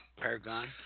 Paragon